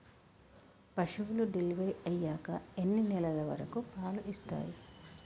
పశువులు డెలివరీ అయ్యాక ఎన్ని నెలల వరకు పాలు ఇస్తాయి?